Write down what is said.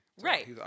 Right